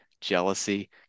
jealousy